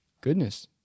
goodness